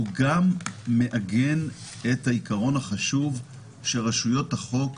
הוא גם מעגן את העיקרון החשוב שלפיו רשויות החוק,